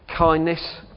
Kindness